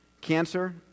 Cancer